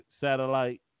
satellite